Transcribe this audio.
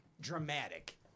dramatic